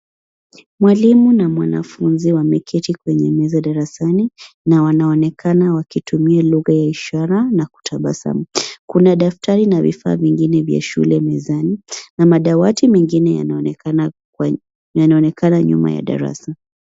Mwalimu na mwanafunzi wameketi kwenye meza darasani na wanaonekana wakitumia lugha ya ishara na kutabasamu. Kuna daftari na vifaa vingine vya shule mezani na madawati mengine yanaonekana nyuma ya darasa.